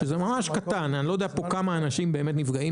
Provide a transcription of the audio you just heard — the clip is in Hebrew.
שזה ממש קטן אני לא יודע כמה אנשים פה באמת נפגעים